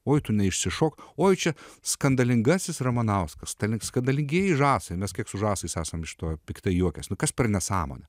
oi tu neišsišok oi čia skandalingasis ramanauskas skandalingieji žąsai mes kaip su žąslais esam iš to piktai juokęs kas per nesąmonė